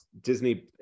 Disney